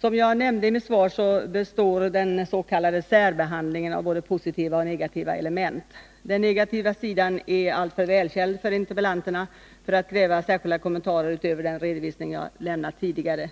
Som jag nämnde i mitt svar består den s.k. särbehandlingen av både positiva och negativa element. Den negativa sidan är alltför välkänd för interpellanterna för att kräva särskilda kommentarer utöver den redovisning jag lämnat tidigare.